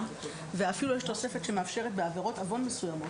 ואפילו יש תוספת שמאפשרת בעבירות עוון מסוימות,